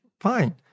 fine